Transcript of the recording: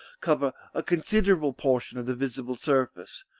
cover a considerable portion of the visible surface,